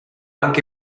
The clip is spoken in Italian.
anche